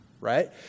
right